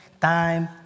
time